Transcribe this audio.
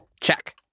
Check